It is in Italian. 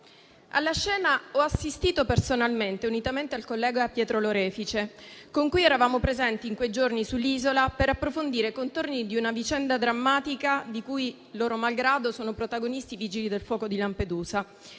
Alla scena ho assistito personalmente, unitamente al collega Pietro Lorefice. In quei giorni, infatti, eravamo presenti sull'isola per approfondire i contorni di una vicenda drammatica, di cui, loro malgrado, sono protagonisti i vigili del fuoco di Lampedusa